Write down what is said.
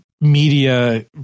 media